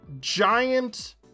giant